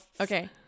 okay